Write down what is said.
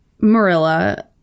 Marilla